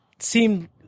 seemed